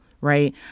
right